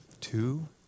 two